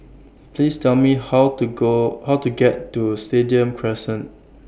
Please Tell Me How to Go How to get to Stadium Crescent